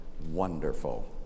Wonderful